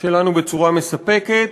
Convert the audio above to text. שלנו בצורה מספקת,